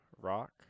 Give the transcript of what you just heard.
Rock